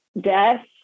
death